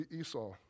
Esau